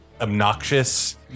obnoxious